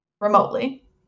remotely